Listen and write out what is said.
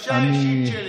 הבקשה האישית שלי,